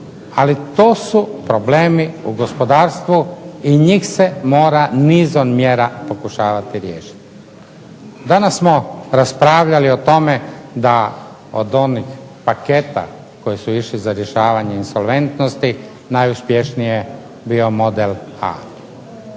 Ali to su problemi u gospodarstvu i njih se mora nizom mjera pokušavati riješiti. Danas smo raspravljali o tome da od onih paketa koji su išli za rješavanje insolventnosti najuspješniji je bio model H.